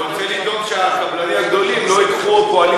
אני רוצה לדאוג שהקבלנים הגדולים לא ייקחו פועלים